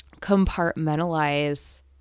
compartmentalize